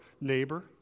neighbor